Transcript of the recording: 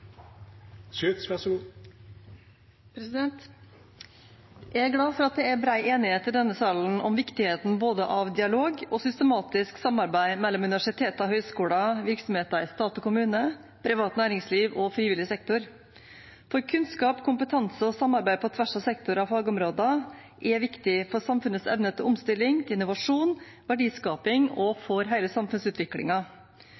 glad for at det er bred enighet i denne salen om viktigheten av både dialog og systematisk samarbeid mellom universiteter og høyskoler, virksomheter i stat og kommune, privat næringsliv og frivillig sektor, for kunnskap, kompetanse og samarbeid på tvers av sektorer og fagområder er viktig for samfunnets evne til omstilling, til innovasjon, verdiskaping og